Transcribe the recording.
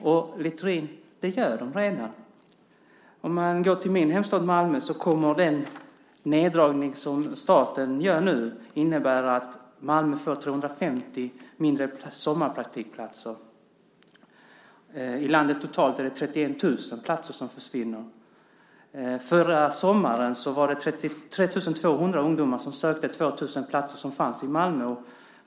Men, Littorin, det gör de redan. I min hemstad Malmö kommer den neddragning som staten nu gör att innebära att Malmö får ungefär 250 färre sommarpraktikplatser. I landet totalt är det 31 000 platser som försvinner. Förra sommaren var det 3 200 ungdomar som sökte de 2 000 platser som fanns i Malmö.